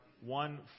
one